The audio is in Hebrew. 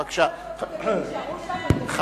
לא נוכל לעשות את זה, כי